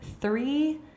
three